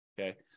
okay